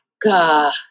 God